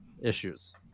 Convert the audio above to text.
issues